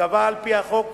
שייקבע על-פי החוק,